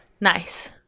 Nice